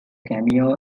cameo